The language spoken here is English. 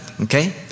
okay